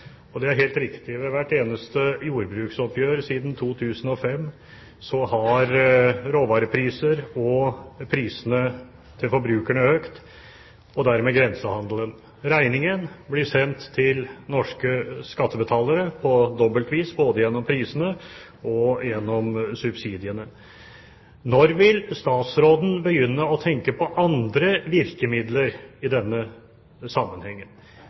Det er helt riktig. Ved hvert eneste jordbruksoppgjør siden 2005 har råvarepriser og prisene til forbrukerne økt, og dermed også grensehandelen. Regningen blir sendt til norske skattebetalere på dobbelt vis, både gjennom prisene og gjennom subsidiene. Når vil statsråden begynne å tenke på andre